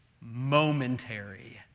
momentary